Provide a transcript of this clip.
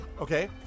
okay